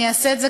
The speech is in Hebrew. אעשה את זה,